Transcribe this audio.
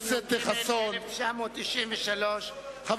התשנ"ג-1993,